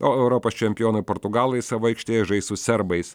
o europos čempionai portugalai savo aikštėje žais su serbais